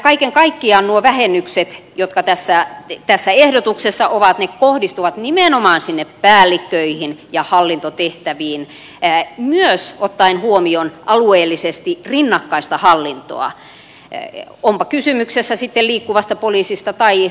kaiken kaikkiaan nuo vähennykset jotka tässä ehdotuksessa ovat kohdistuvat nimenomaan sinne päällikköihin ja hallintotehtäviin myös ottaen huomioon alueellisesti rinnakkainen hallinto onpa kysymyksessä sitten liikkuva poliisi tai keskusrikospoliisi